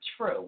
true